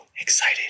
excited